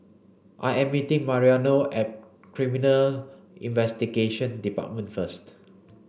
I am meeting Mariano at Criminal Investigation Department first